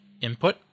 input